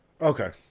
Okay